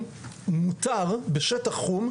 אם כל הניהול,